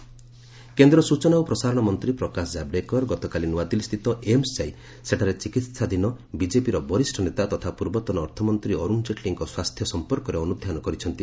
ଜାବଡେକର ଏମ୍ସ କେନ୍ଦ୍ର ସୂଚନା ଓ ପ୍ରସାରଣ ମନ୍ତ୍ରୀ ପ୍ରକାଶ ଜାବଡେକର ଗତକାଲି ନ୍ତଆଦିଲ୍ଲୀସ୍ଥିତ ଏମ୍ବ ଯାଇ ସେଠାରେ ଚିକିହାଧୀନ ବିଜେପିର ବରିଷ୍ଣ ନେତା ତଥା ପୂର୍ବତନ ଅର୍ଥମନ୍ତ୍ରୀ ଅରୁଣ ଜେଟ୍ଲୀଙ୍କ ସ୍ୱାସ୍ଥ୍ୟ ସଂପର୍କରେ ଅନୁଧ୍ୟାନ କରିଛନ୍ତି